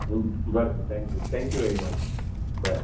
बरें तर thank you thank you very much बरें